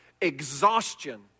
Exhaustion